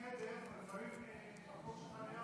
של,